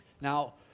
now